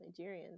nigerians